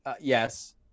Yes